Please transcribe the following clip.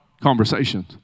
conversations